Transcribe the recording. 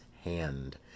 hand